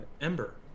Ember